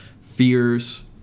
fears